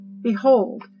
Behold